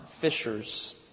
fishers